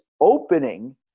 opening